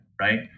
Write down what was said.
right